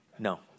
No